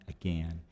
again